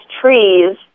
trees